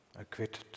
Acquitted